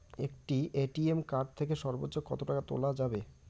একটি ATM card থেকে সর্বোচ্চ কত টাকা তোলা যাবে?